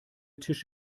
tisch